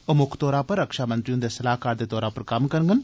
ओह मुक्ख तौरा पर रक्षामंत्री हुन्दे सलाहकार दे तौरा पर कम्म करडन